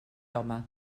home